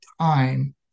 Time